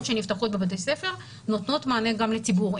שנפתחות בבתי הספר נותנות מענה גם לציבור.